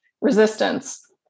resistance